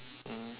mm